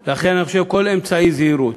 לכן, אני חושב, כל אמצעי זהירות,